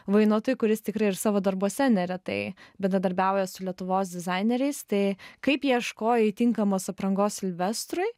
vainotui kuris tikrai ir savo darbuose neretai bendradarbiauja su lietuvos dizaineriais tai kaip ieškojai tinkamos aprangos silvestrui